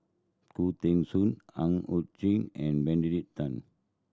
Khoo Teng Soon Ang Hiong Chiok and Benedict Tan